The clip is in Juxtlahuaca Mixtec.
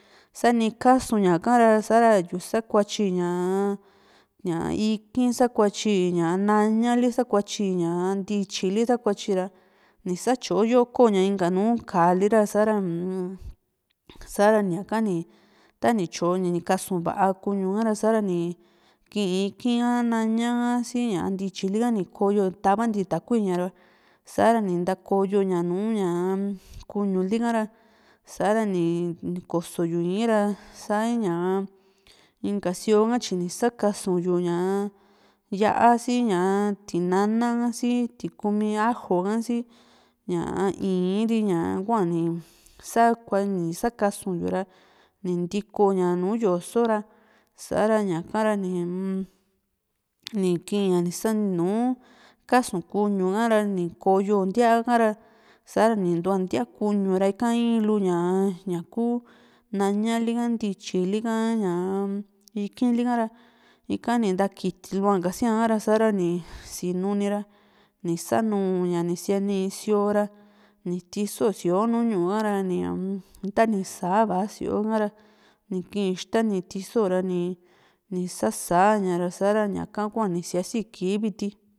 ta´ni kaasu ñaka ra sa´ra ayu sakuatyi ñaa ikì´n, sakuatyi naña li, ñaa ntityi li sakuatyi ra nisátyo yoko la inka nùù ka´li ra uun sa´ra ñaka ni tani tyo´ña ni kasuu va´a kuñuka´ra sa´ra ni kii ikì´n ha ñaña ka si ntityili ka ni koyo nitavanti takui ñara sa´ra ni ntakoyo ña nuña kuñu li´hara sa´ra ni koso yu ii´n ra sañaa inka sio hatyi sakasu yu ña yá´a si ña tinana ha si tikumi ajo ha si ñaa ii´n ri ña kuani sakuasuu yura ni ntiko ña nùù yoso ra sa´ra ñaka ña nikiña ni s´nùù kasu kuñu´ara ni koyo ntíaa hara sa´ra ni ntua ntíaa kuñu ra ika in luñaa ña ku nañali ka ntityili ka ñaa ikì´n li´ra ika ni ntakiti lua ka siára sa´ra ni sinuni ra ni sanu ña ni siani isìora ni tiso síoo nu ñu´u kara ni ñaa tani saa va´a síoo hara ni kii ixta ni tiso ra nii sa´saña ra ñaka hua ni sia´si kii viti